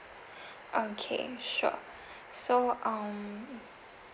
okay sure so um